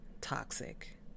toxic